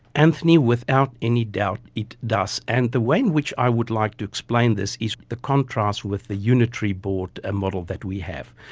antony, without any doubt it does. and the way in which i would like to explain this is the contrast with the unitary board, a model that we have.